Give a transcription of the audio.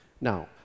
Now